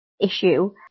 issue